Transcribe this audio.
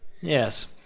Yes